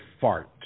fart